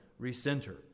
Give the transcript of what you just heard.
recenter